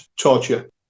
torture